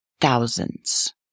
thousands